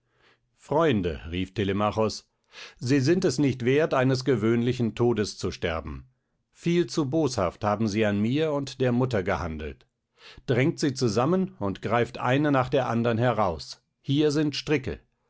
freunde rief telemachos sie sind es nicht wert eines gewöhnlichen todes zu sterben viel zu boshaft haben sie an mir und der mutter gehandelt drängt sie zusammen und greift eine nach der andern heraus hier sind stricke